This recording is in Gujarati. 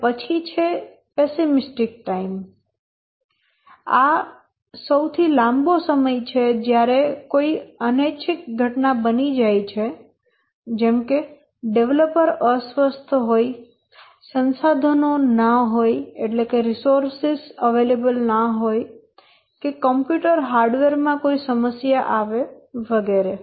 અને પછી છે પેસીમિસ્ટિક ટાઈમ એ સૌથી લાંબો સમય છે જ્યારે કોઈ અનૈછિક ઘટના બની જાય જેમ કે ડેવલપર અસ્વસ્થ હોય સંસાધનો ન હોય કે કમ્પ્યુટર હાર્ડવેર માં સમસ્યા આવવી વગેરે